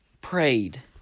prayed